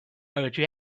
耳蕨